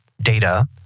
data